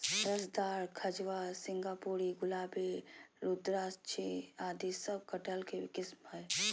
रसदार, खजवा, सिंगापुरी, गुलाबी, रुद्राक्षी आदि सब कटहल के किस्म हय